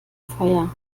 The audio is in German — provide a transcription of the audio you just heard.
feuer